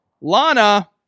Lana